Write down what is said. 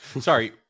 Sorry